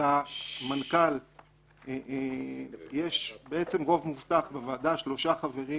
שלמנכ"ל יש רוב מובטח בוועדה שלושה חברים,